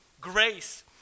grace